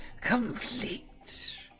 complete